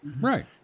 Right